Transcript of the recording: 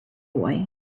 boy